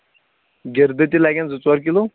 گِردٕ تہِ لگن زٕ ژور کِلوٗ